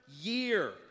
year